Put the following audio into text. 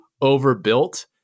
overbuilt